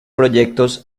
proyectos